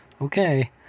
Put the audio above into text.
okay